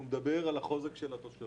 הוא מדבר על החוזק של התושבים.